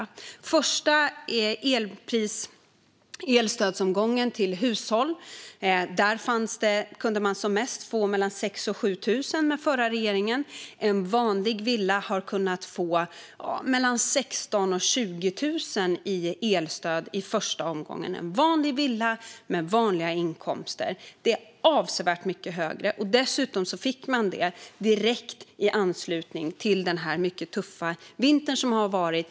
I den första elstödsomgången till hushåll kunde man som mest få mellan 6 000 och 7 000 med den förra regeringens förslag. Den som har en vanlig inkomst och en vanlig villa har kunnat få mellan 16 000 och 20 000 i elstöd i den första omgången. Det är avsevärt mycket högre. Man fick det dessutom i direkt anslutning till den mycket tuffa vinter som har varit.